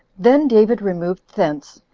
then david removed thence,